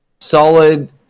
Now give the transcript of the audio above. solid